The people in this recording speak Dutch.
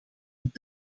het